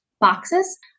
boxes